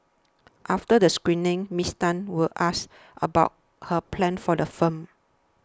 after the screening Ms Tan was asked about her plans for the film